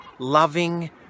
loving